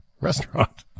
Restaurant